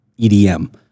EDM